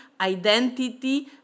identity